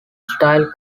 style